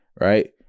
right